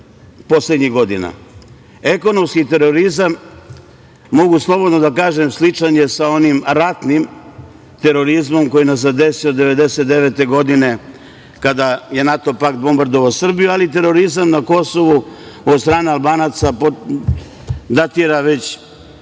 poslednjih godina. Ekonomski terorizam, mogu slobodno da kažem, sličan je sa onim ratnim terorizmom koji nas je zadesio 1999. godine kada je NATO pakt bombardovao Srbiju, ali terorizam na Kosovu od strane Albanaca datira već